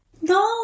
no